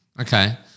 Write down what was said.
Okay